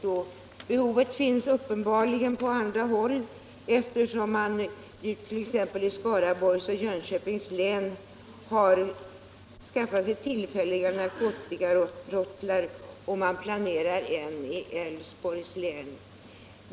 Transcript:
Behov av förstärkningar finns uppenbarligen på andra håll, eftersom man t.ex. i Skaraborgs och Jönköpings län har inrättat tillfälliga narkotikarotlar och i Älvsborgs län planerar en sådan rotel.